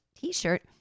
t-shirt